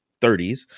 30s